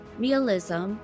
realism